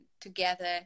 together